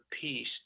peace